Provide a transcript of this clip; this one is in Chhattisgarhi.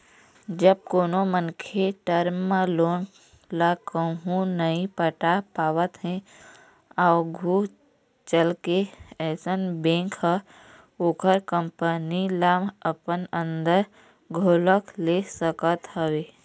जब कोनो मनखे टर्म लोन ल कहूँ नइ पटा पावत हे आघू चलके अइसन बेंक ह ओखर कंपनी ल अपन अंदर घलोक ले सकत हवय